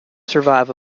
survives